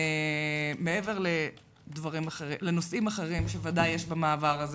מעבר לנושאים אחרים שוודאי יש במעבר הזה?